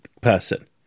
person